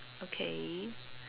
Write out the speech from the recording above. okay